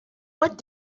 what